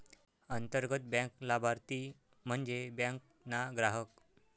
अंतर्गत बँक लाभारती म्हन्जे बँक ना ग्राहक